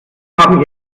haben